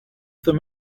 them